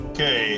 Okay